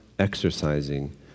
exercising